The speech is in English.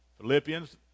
Philippians